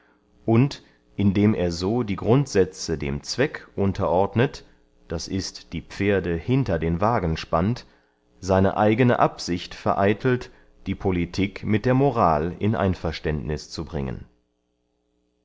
und indem er so die grundsätze dem zweck unterordnet d i die pferde hinter den wagen spannt seine eigene absicht vereitelt die politik mit der moral in einverständnis zu bringen